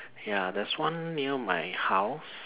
ya there's one near my house